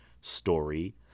story